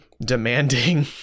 demanding